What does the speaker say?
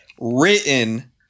written